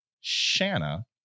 Shanna